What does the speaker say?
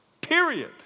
period